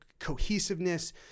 cohesiveness